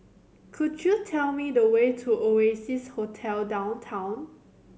could you tell me the way to Oasia Hotel Downtown